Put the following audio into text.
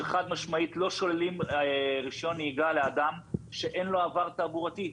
שחד-משמעית לא שוללים רישיון נהיגה לאדם שאין לו עבר תעבורתי.